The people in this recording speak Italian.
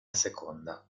seconda